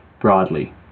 broadly